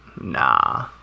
Nah